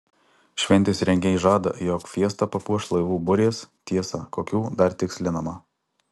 šventės rengėjai žada jog fiestą papuoš laivų burės tiesa kokių dar tikslinama